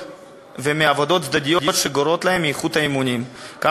ומעבודות צדדיות שגורעות מאיכות האימונים שלהם,